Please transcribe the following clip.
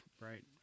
right